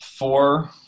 Four